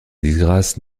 disgrâce